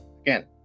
again